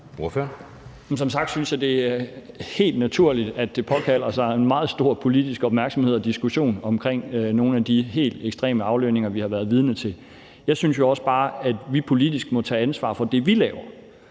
Jamen som sagt synes jeg, det er helt naturligt, at det påkalder sig meget stor politisk opmærksomhed og diskussion i forhold til nogle af de helt ekstreme aflønninger, vi har været vidne til. Jeg synes jo også bare, at vi politisk må tage ansvar for det, vi laver,